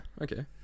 Okay